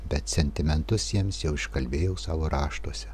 bet sentimentus jiems jau iškalbėjau savo raštuose